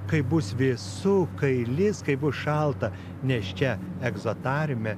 kai bus vėsu kai lis kai bus šalta nes čia egzotariume